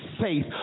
faith